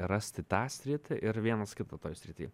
rasti tą sritį ir vienas kitą toj srity